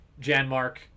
Janmark